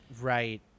right